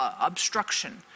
obstruction